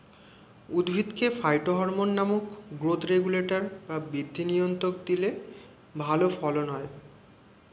উদ্ভিদকে ফাইটোহরমোন নামক growth regulator বা বৃদ্ধি নিয়ন্ত্রক দিলে ভালো ফলন হয়